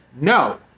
no